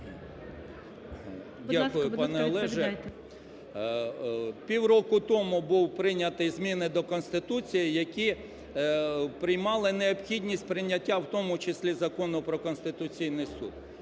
Дякую, пане Олеже. Півроку тому були прийняті зміни до Конституції, які приймали необхідність прийняття, у тому числі, Закону "Про Конституційний Суд".